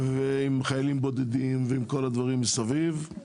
עם חיילים בודדים ועם כל הדברים מסביב,